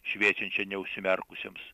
šviečiančią neužsimerkusiems